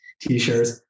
t-shirts